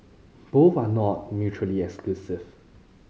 both are not mutually exclusive